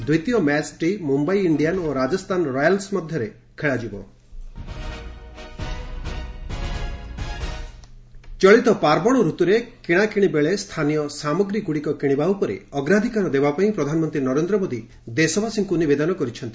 ଦ୍ୱିତୀୟ match Mumbai Indian ଓ Rajasthan royals ମଧ୍ୟରେ ଖେଳାଯିବ ମନ୍ କି ବାତ୍ ଚଳିତ ପାର୍ବଣ ଋତୁରେ କିଣାକିଣି ବେଳେ ସ୍ଥାନୀୟ ସାମଗ୍ରୀଗୁଡ଼ିକ କିଣିବା ଉପରେ ଅଗ୍ରାଧିକାର ଦେବା ପାଇଁ ପ୍ରଧାନମନ୍ତ୍ରୀ ନରେନ୍ଦ୍ର ମୋଦୀ ଦେଶବାସୀଙ୍କୁ ନିବେଦନ କରିଛନ୍ତି